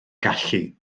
gallu